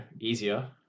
easier